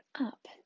up